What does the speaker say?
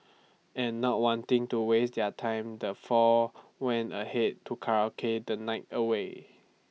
and not wanting to waste their time the four went ahead to karaoke the night away